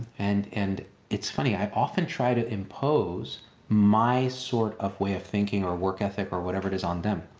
and and it's funny, i often try to impose my sort of way of thinking or work ethic or whatever it is on them.